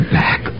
back